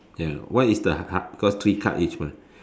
ya what is the ha~ because three card each mah